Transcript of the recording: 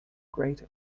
great